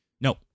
No